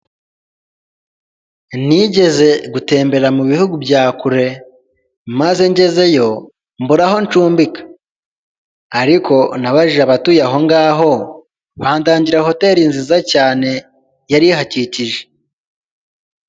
Nigeze gutembera mu bihugu bya kure maze ngezeyo mbura aho nshumbika! Ariko nabajije abatuye aho ngaho bahandangira hoteri nziza cyane yari ihakikije.